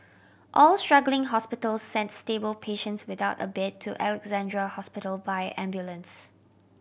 all struggling hospitals sent stable patients without a bed to Alexandra Hospital by ambulance